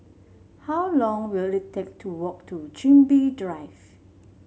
how long will it take to walk to Chin Bee Drive